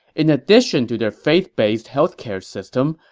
in addition to their faith-based healthcare system,